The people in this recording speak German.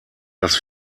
das